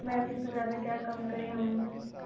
میم اِس سے زیادہ کیا کم کریں ہم